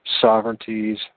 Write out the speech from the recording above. sovereignties